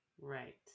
Right